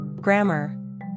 Grammar